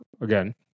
again